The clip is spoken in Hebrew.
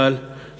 זיכרונו לברכה,